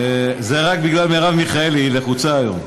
זה רק בגלל מרב מיכאלי, היא לחוצה היום.